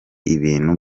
ibintu